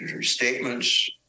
statements